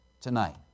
tonight